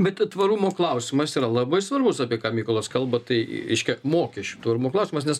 bet tvarumo klausimas yra labai svarbus apie ką mykolas kalba tai reiškia mokesčių tvarumo klausimas nes